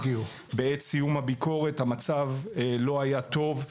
בעת סיום הביקורת המצב היה לא טוב.